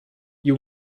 you